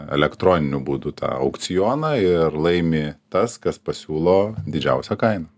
elektroniniu būdu tą aukcioną ir laimi tas kas pasiūlo didžiausią kainą